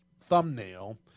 thumbnail